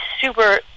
super